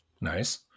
Nice